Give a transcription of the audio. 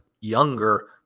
younger